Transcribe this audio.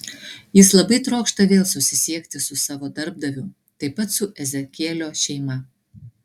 jis labai trokšta vėl susisiekti su savo darbdaviu taip pat su ezekielio šeima